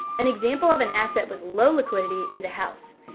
an example of an asset with low liquidity is a house.